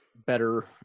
better